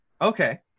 Okay